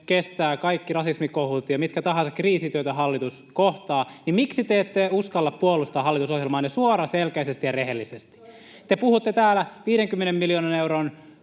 kestää kaikki rasismikohut ja mitkä tahansa kriisit, joita hallitus kohtaa, niin miksi te ette uskalla puolustaa hallitusohjelmaanne suoraselkäisesti ja rehellisesti? Te puhutte täällä 50 miljoonan euron